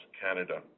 Canada